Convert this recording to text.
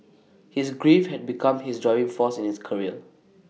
his grief had become his driving force in his career